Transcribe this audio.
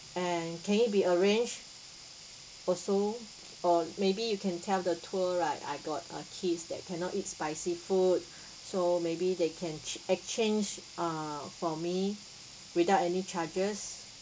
and can it be arranged also or maybe you can tell the tour right I got a case that cannot eat spicy food so maybe they can ch~ exchange err for me without any charges